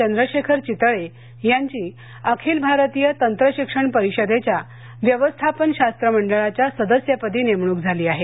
चंद्रशेखर चितळे यांची अखिल भारतीय तंत्रशिक्षण परिषदेच्या व्यवस्थापन शास्त्र मंडळाच्या सदस्यपदी नेमणूक झाली आहे